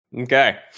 Okay